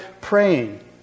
praying